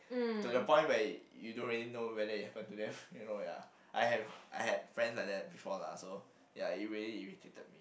to the point where you don't really know whether it happened to them you know ya I have I had friends like that before lah so ya it really irritated me